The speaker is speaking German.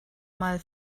mal